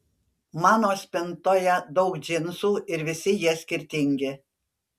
mano spintoje daug džinsų ir visi jie skirtingi